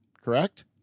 Correct